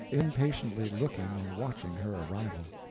impatiently looking and watching her arrival.